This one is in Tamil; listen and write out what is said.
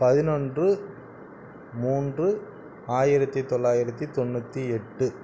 பதினொன்று மூன்று ஆயிரத்தி தொள்ளாயிரத்தி தொண்ணூற்றி எட்டு